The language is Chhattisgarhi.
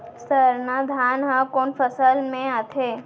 सरना धान ह कोन फसल में आथे?